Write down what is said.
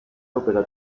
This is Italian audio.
opera